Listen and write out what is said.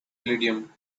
delirium